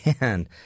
Man